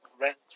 rent